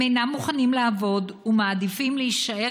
הם אינם מוכנים לעבוד ומעדיפים להישאר